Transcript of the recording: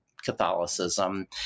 Catholicism